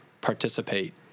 participate